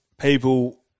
people